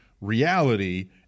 reality